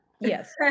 yes